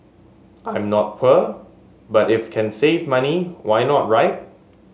I'm not poor but if can save money why not right